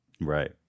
Right